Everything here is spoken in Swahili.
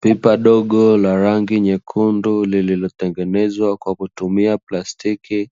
Pipa dogo la rangi nyekundu lililotengenezwa kwa kutumia plastiki